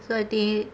so I think